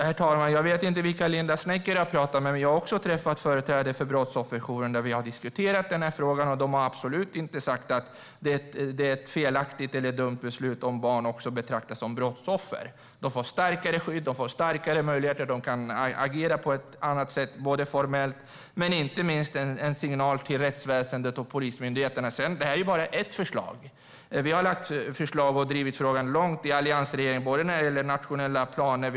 Herr talman! Jag vet inte vilka Linda Snecker har pratat med, men vi har också träffat företrädare för Brottsofferjouren och diskuterat den här frågan. De har absolut inte sagt att det är felaktigt eller dumt om barn också betraktas som brottsoffer. De får starkare skydd och större möjligheter att agera på ett annat sätt formellt. Inte minst är det en signal till rättsväsendet och polismyndigheterna. Det här är ju bara ett förslag. Vi har lagt fram förslag och drivit frågan långt under alliansregeringen när det gäller nationella planer.